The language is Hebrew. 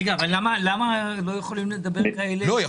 למה לא יכולים לדבר מי שיש להם קשר עסקי לבעלי העניין?